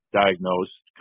diagnosed